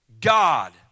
god